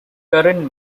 current